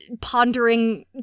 pondering